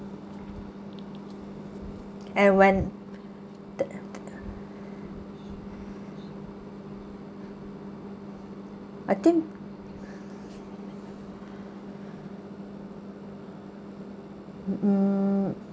and when th~ th~ I think mm